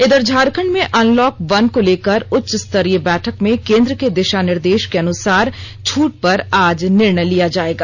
इघर झारखंड में unlock one को लेकर उच्चस्तरीय बैठक में कोन्द्र के दिशा निर्देश को अनुसार छूट पर आज निर्णय लिया जाएगा